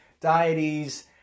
deities